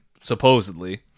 supposedly